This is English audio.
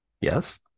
Yes